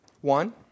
One